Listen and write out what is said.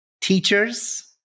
teachers